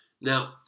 now